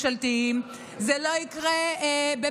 זה לא יקרה במשרדים ממשלתיים,